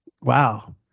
Wow